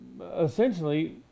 essentially